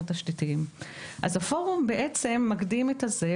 אז הפורום בעצם מקדים את הוועדה,